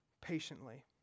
patiently